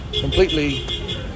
completely